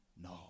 No